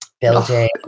building